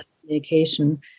communication